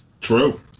True